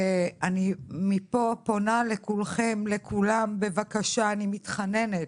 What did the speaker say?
ואני מפה פונה לכולכם, לכולם, בבקשה, אני מתחננת,